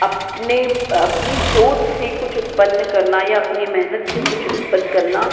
अपने अपनी सोच से कुछ उत्पन्न करना या अपनी मेहनत से कुछ उत्पन्न करना